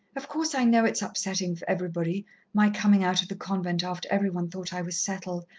of course i know it's upsetting for everybody my coming out of the convent after every one thought i was settled.